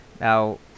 Now